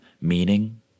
meaning